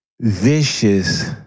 vicious